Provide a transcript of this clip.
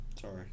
Sorry